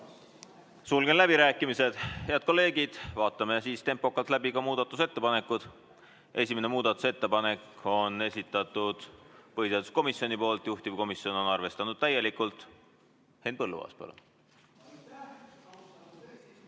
Sulgen läbirääkimised. Head kolleegid! Vaatame siis tempokalt läbi ka muudatusettepanekud. Esimese muudatusettepaneku on esitanud põhiseaduskomisjon, juhtivkomisjon on arvestanud seda täielikult. Henn Põlluaas,